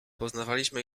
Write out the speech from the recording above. poznawaliśmy